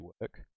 work